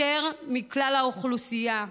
יותר מבכלל האוכלוסייה.